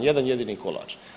Jedan jedini kolač.